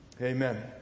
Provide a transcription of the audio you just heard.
Amen